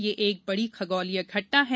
यह एक बड़ी खगोलीय घटना है